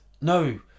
No